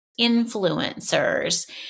influencers